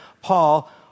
Paul